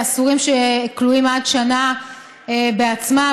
אסורים שכלואים עד שנה בעצמה,